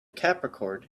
capricorn